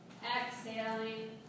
exhaling